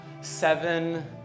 seven